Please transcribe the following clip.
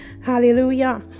Hallelujah